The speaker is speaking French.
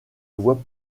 voie